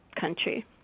country